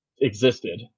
existed